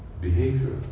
behavior